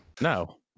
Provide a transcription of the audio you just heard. No